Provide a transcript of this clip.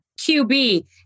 QB